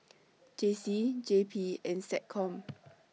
J C J P and Seccom